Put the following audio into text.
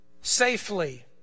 safely